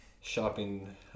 Shopping